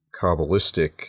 Kabbalistic